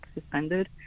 suspended